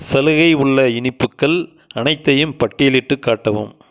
சலுகை உள்ள இனிப்புகள் அனைத்தையும் பட்டியலிட்டுக் காட்டவும்